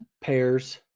Pairs